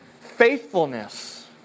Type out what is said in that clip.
faithfulness